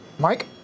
Mike